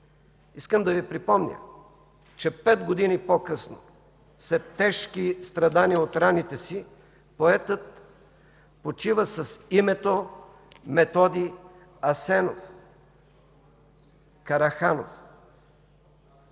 Искам да Ви припомня, че пет години по-късно след тежки страдания от раните си поетът почина с името Методи Асенов Караханов.